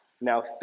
Now